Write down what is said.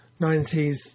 90s